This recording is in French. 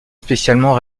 spécialement